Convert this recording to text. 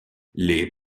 les